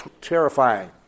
terrifying